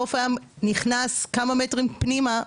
חוף הים נכנס כמה מטרים פנימה,